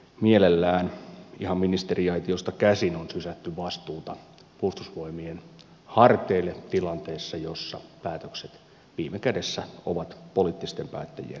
mielellään ihan ministeriaitiosta käsin on sysätty vastuuta puolustusvoimien harteille tilanteessa jossa päätökset viime kädessä ovat poliittisten päättäjien tekemiä